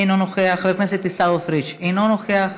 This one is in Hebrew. אינו נוכח,